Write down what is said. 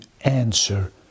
answer